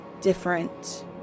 different